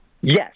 Yes